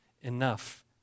enough